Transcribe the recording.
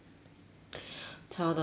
超能力